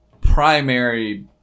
primary